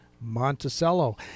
Monticello